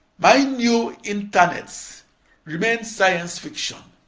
my new internets remained science fiction.